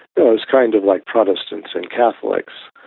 it was kind of like protestants and catholics.